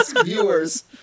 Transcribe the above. viewers